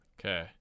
okay